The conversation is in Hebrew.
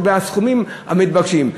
בסכומים המתבקשים.